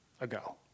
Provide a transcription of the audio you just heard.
ago